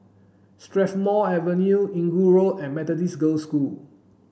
Strathmore Avenue Inggu Road and Methodist Girls' School